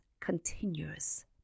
continuous